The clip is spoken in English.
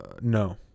No